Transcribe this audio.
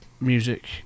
music